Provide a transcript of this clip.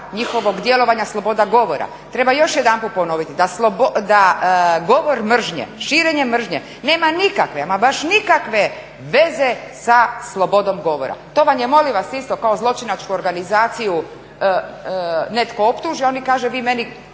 njihovog djelovanja, sloboda govora. Treba još jedanput ponoviti da govor mržnje, širenje mržnje nema nikakve ama baš nikakve veze sa slobodom govora. To vam je molim vas isto kao zločinačku organizaciju netko optuži oni kažu vi meni